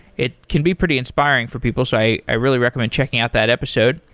it can be pretty inspiring for people. so i i really recommend checking out that episode.